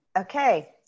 Okay